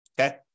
okay